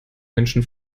menschen